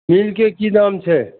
milk cake की दाम छै